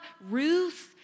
Ruth